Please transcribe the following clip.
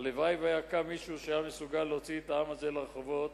הלוואי שהיה קם מישהו שהיה מסוגל להוציא את העם הזה לרחובות